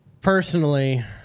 Personally